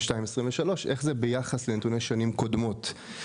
2023. איך זה ביחס לנתוני שנים קודמות?